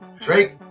Drake